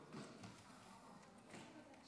רבותיי חברי